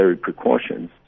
precautions